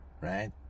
right